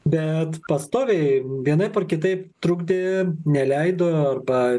bet pastoviai vienaip ar kitaip trukdė neleido arba